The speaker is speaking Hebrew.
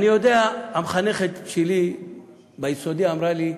אני יודע, המחנכת שלי ביסודי אמרה לי: